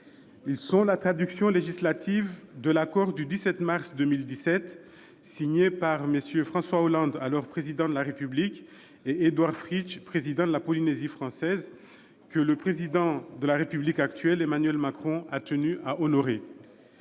Ils sont la traduction législative de l'accord du 17 mars 2017, qu'ont signé François Hollande, alors Président de la République, et Édouard Fritch, président de la Polynésie française, et que le Président de la République actuel, Emmanuel Macron, a tenu à honorer.